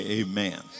amen